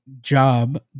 job